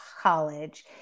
college